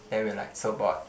then we are like so bored